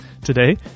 Today